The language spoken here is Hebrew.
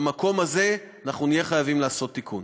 במקום הזה אנחנו נהיה חייבים לעשות תיקון.